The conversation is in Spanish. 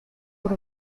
por